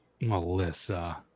Melissa